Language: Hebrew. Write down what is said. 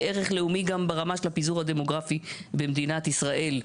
היא ערך לאומי גם ברמה של הפיזור הדמוגרפי במדינת ישראל,